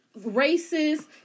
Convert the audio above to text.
racist